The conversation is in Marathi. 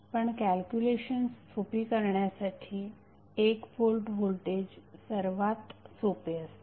पण कॅलक्युलेशन्स सोपी करण्यासाठी 1V व्होल्टेज सर्वात सोपे असते